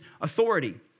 authority